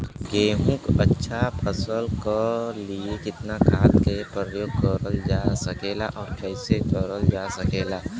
गेहूँक अच्छा फसल क लिए कितना खाद के प्रयोग करल जा सकेला और कैसे करल जा सकेला?